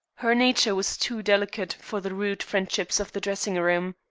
her nature was too delicate for the rude friendships of the dressing-room.